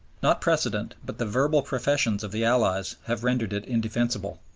not precedent, but the verbal professions of the allies, have rendered it indefensible.